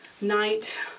night